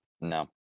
No